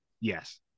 Yes